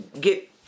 get